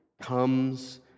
comes